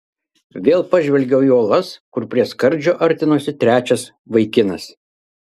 vėl pažvelgiau į uolas kur prie skardžio artinosi trečiasis vaikinas